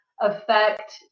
affect